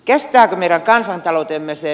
kestääkö meidän kansantaloutemme sen